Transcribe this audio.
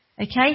Okay